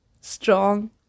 strong